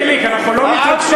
חיליק, אנחנו לא מתנגשים.